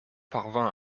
parvient